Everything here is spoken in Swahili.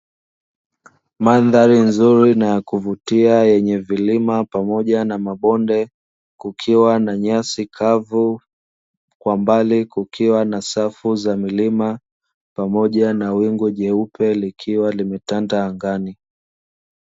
Mandhari nzuri na ya kuvutia yenye vilima pamoja na mabonde, kukiwa na nyasi kavu, kwa mbali kukiwa na safu za milima pamoja na wingu jeupe likiwa limetanda angani.